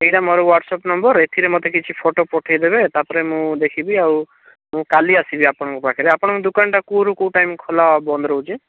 ଏଇଟା ମୋର WhatsApp number ଏଥିରେ ମୋତେ କିଛି ଫଟୋ ପଠାଇଦେବେ ତାପରେ ମୁଁ ଦେଖିବି ଆଉ ମୁଁ କାଲି ଆସିବି ଆପଣଙ୍କ ପାଖରେ ଆପଣଙ୍କ ଦୋକାନଟା କେଉଁ ରୁ କେଉଁ ଟାଇମ୍ ଖୋଲା ଆଉ ବନ୍ଦ ରହୁଛି